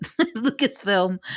Lucasfilm